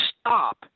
stop